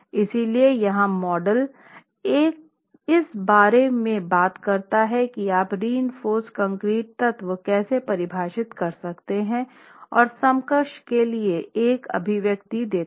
इसलिए यहां मॉडल इस बारे में बात करता है कि आप रीइंफोर्स्ड कंक्रीट तत्व कैसे परिभाषित कर सकते हैं और समकक्ष के लिए एक अभिव्यक्ति देता है